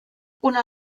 una